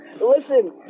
listen